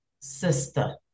sister